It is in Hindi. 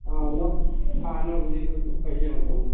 हाँ नौ हाँ नौ बजे के पहले मत आना